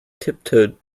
tiptoed